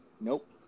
nope